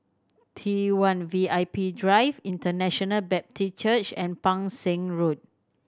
T One V I P Drive International Baptist Church and Pang Seng Road